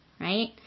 right